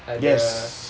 yes